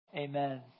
Amen